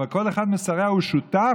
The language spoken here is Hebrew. אבל כל אחד משריה הוא שותף